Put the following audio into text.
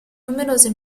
numerose